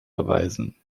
erweisen